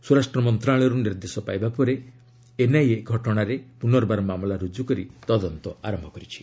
ସ୍ୱରାଷ୍ଟ୍ର ମନ୍ତ୍ରଣାଳୟର୍ ନିର୍ଦ୍ଦେଶ ପାଇବା ପରେ ଏନ୍ଆଇଏ ଘଟଣାରେ ପ୍ରନର୍ବାର ମାମଲା ରୁଜୁ କରି ତଦନ୍ତ ଆରମ୍ଭ କରିଛି